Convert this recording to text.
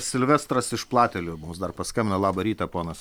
silvestras iš platelių mums dar paskambino labą rytą ponas